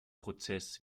prozess